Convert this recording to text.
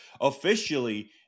officially